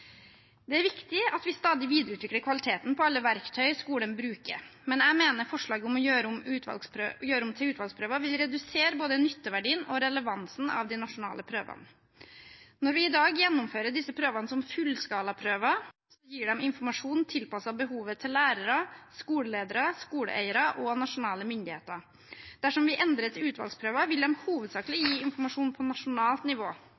Det er viktig at vi stadig videreutvikler kvaliteten på alle verktøy skolen bruker, men jeg mener forslaget om å gjøre om nasjonale prøver til utvalgsprøver vil redusere både nytteverdien og relevansen av de nasjonale prøvene. Når vi i dag gjennomfører disse prøvene som fullskalaprøver, gir de informasjon tilpasset behovet til lærere, skoleledere, skoleeiere og nasjonale myndigheter. Dersom vi endrer til utvalgsprøver, vil de hovedsakelig gi informasjon på nasjonalt nivå.